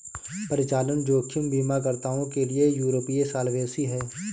परिचालन जोखिम बीमाकर्ताओं के लिए यूरोपीय सॉल्वेंसी है